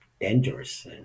dangerous